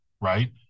Right